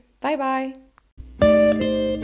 Bye-bye